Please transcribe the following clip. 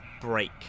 break